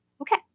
Okay